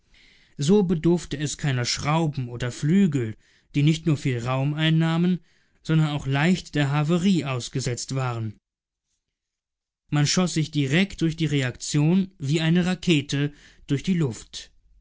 so bedurfte es keiner schrauben oder flügel die nicht nur viel raum einnahmen sondern auch leicht der havarie ausgesetzt waren man schoß sich direkt durch reaktion wie eine rakete durch die luft